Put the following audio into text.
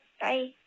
Bye